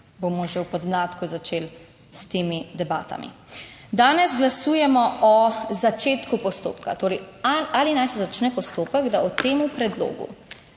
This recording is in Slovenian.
bomo že v podmladku začeli s temi debatami. Danes glasujemo o začetku postopka, torej ali naj se začne postopek, da o tem predlogu